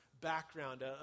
background